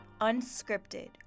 Unscripted